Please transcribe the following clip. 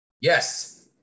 Yes